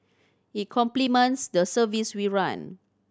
it complements the service we run